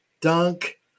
dunk